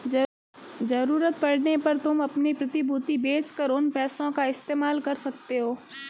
ज़रूरत पड़ने पर तुम अपनी प्रतिभूति बेच कर उन पैसों का इस्तेमाल कर सकते हो